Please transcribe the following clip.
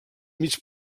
mig